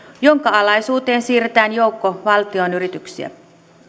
jonka alaisuuteen siirretään joukko val tionyrityksiä